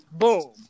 boom